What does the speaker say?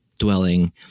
dwelling